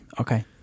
Okay